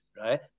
right